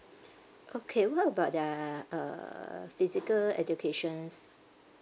okay what about the uh physical educations